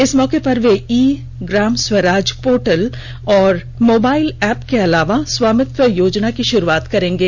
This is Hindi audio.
इस मौके पर वे ई ग्रामस्वराज पोर्टल और मोबाइल एप के अलावा स्वामित्व योजना की शुरुआत करेंगे